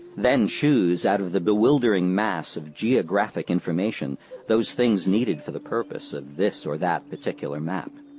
then choose out of the bewildering mass of geographic information those things needed for the purpose of this or that particular map.